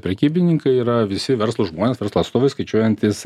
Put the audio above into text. prekybininkai yra visi verslūs žmonės verslo atstovai skaičiuojantys